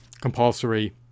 compulsory